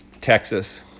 Texas